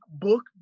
book